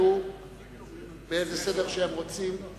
באיזה סדר שהם רוצים.